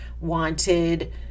wanted